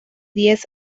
diez